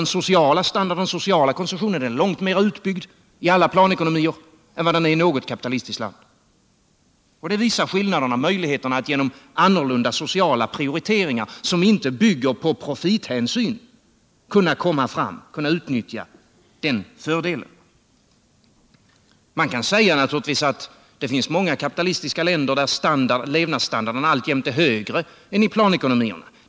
En viktig del av det sociala systemet är långt mera utbyggd i afla planekonomier än vad den är i något kapitalistiskt land. Det visar möjligheterna att genom annorlunda sociala prioriteringar, som inte bygger på profilhänsyn, komma fram och utnyttja den fördelen. Man kan naturligtvis säga att det finns många kapitalistiska länder där Jlevnadsstandarden alltjämt är högre än i planekonomierna.